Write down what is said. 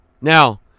Now